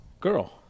Girl